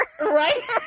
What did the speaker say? right